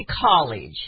College